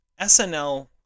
SNL